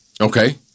Okay